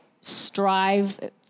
strive